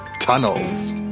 Tunnels